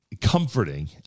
comforting